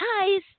eyes